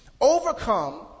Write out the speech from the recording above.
overcome